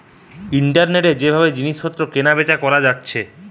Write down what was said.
ইন্টারনেটে যে ভাবে জিনিস পত্র কেনা বেচা কোরা যাচ্ছে